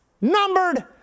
numbered